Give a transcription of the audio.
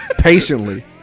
Patiently